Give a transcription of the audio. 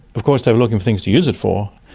of course they were looking for things to use it for,